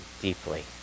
deeply